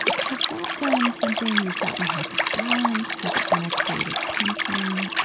has that been something you felt you had to balance? has it been a creative tension?